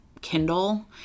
Kindle